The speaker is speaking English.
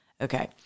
Okay